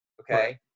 okay